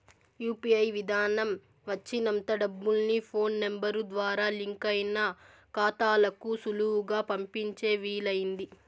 UPI విదానం వచ్చినంత డబ్బుల్ని ఫోన్ నెంబరు ద్వారా లింకయిన కాతాలకు సులువుగా పంపించే వీలయింది